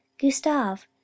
gustave